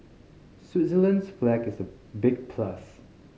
Switzerland's flag is a big plus